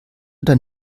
dein